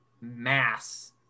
mass